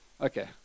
Okay